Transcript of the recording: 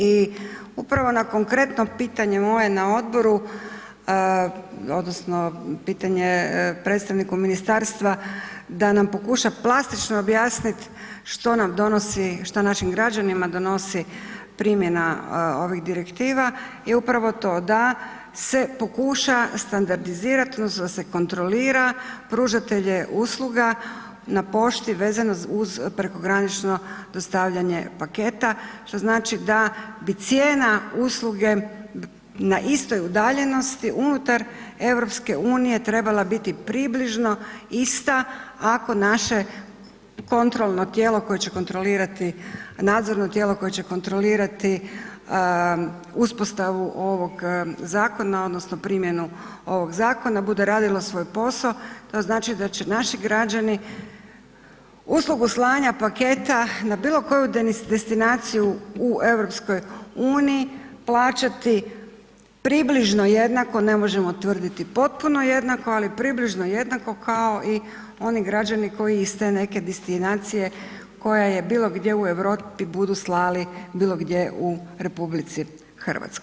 I u pravo na konkretno pitanje moje na odboru odnosno pitanje predstavniku ministarstva da nam pokuša plastično objasnit što nam donosi, što našim građanima donosi primjena ovih direktiva i upravo to da se pokuša standardizirat odnosno da se kontrolira pružatelje usluga na pošti vezano uz prekogranično dostavljanje paketa, što znači da bi cijena usluge na istoj udaljenosti unutar EU trebala biti približno ista ako naše kontrolno tijelo koje će kontrolirati, nadzorno tijelo koje će kontrolirati uspostavu ovog zakona odnosno primjenu ovog zakona, bude radilo svoj posao, to znači da će naši građani uslugu slanja paketa na bilo koju destinaciju u EU plaćati približno jednako, ne možemo tvrditi potpuno jednako, ali približno jednako kao i oni građani koji iz te neke destinacije koja je bilo gdje u Europi, budu slali bilo gdje u RH.